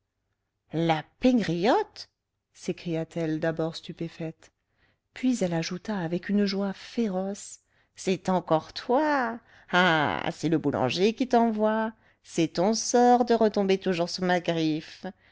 la pégriotte s'écria-t-elle d'abord stupéfaite puis elle ajouta avec une joie féroce c'est encore toi ah c'est le boulanger qui t'envoie c'est ton sort de retomber toujours sous ma griffe